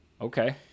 Okay